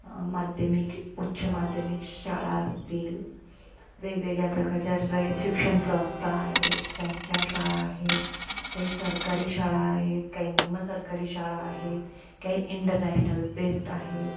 माध्यमिक उच्चमाध्यमिक शाळा असतील वेगवेगळ्या प्रकारच्या रयत शिक्षण संस्था आहेत त्यांच्या शाळा आहेत काही सरकारी शाळा आहेत काही निमसरकारी शाळा आहेत काही इंटरनॅशनल बेस्ड आहेत